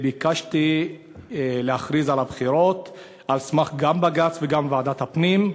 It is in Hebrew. וביקשתי להכריז על הבחירות גם על סמך בג"ץ וגם על סמך ועדת הפנים.